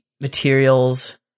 materials